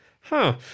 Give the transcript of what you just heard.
Huh